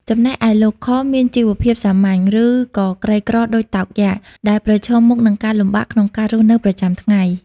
ចំណែកឯលោក ខ មានជីវភាពសាមញ្ញ ឬក៏ក្រីក្រដូចតោកយ៉ាក ដែលប្រឈមមុខនឹងការលំបាកក្នុងការរស់នៅប្រចាំថ្ងៃ។